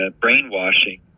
brainwashing